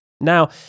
Now